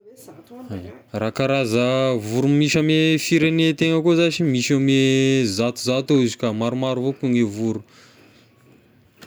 Raha karaza voro misy ame firegnetegna koa zashy misy eo ame zatozato eo izy ka, maromaro avao koa gne voro.